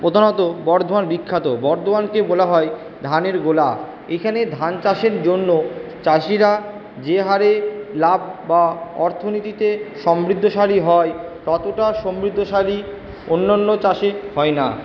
প্রধানত বর্ধমান বিখ্যাত বর্ধমানকে বলা হয় ধানের গোলা এখানে ধান চাষের জন্য চাষিরা যে হারে লাভ বা অর্থনীতিতে সমৃদ্ধশালী হয় ততটা সমৃদ্ধশালী অন্য অন্য চাষে হয় না